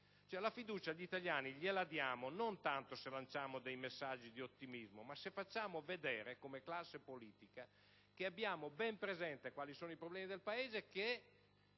La fiducia agli italiani la diamo non tanto se lanciamo messaggi di ottimismo, ma se facciamo vedere come classe politica che abbiamo ben presente quali sono i problemi del Paese e che